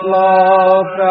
love